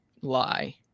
lie